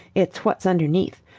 it's what's underneath.